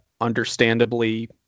understandably